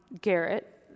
Garrett